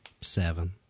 Seven